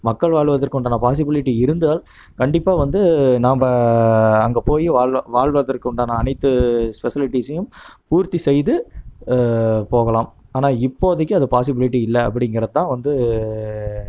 மக்கள் வாழ்வதற்கு உண்டான பாசிபிலிட்டி இருந்தால் கண்டிப்பாக வந்து நம்ம அங்கே போய் வாழ்வ வாழ்வதற்கு உண்டான அனைத்து ஸ்பெஷலிடீஸையும் பூர்த்தி செய்து போகலாம் ஆனால் இப்போதைக்கி அது பாசிபிலிட்டி இல்லை அப்படிங்கிறதுதான் வந்து